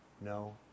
no